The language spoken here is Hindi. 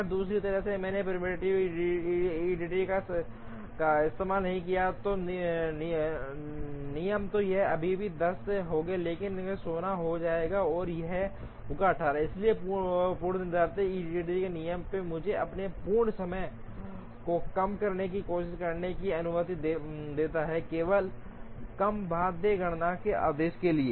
अगर दूसरी तरफ मैंने प्रीडेक्टिव ईडीडी का इस्तेमाल नहीं किया है नियम तो यह अभी भी 10 होगा लेकिन यह 16 हो गया होगा और यह होगा 18 इसलिए पूर्वनिर्धारित ईडीडी नियम मुझे अपने पूर्ण समय को कम करने की कोशिश करने की अनुमति देता है केवल कम बाध्य गणना के उद्देश्य के लिए